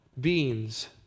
beings